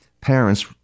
parents